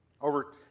Over